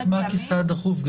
לאפשר מה כסעד דחוף?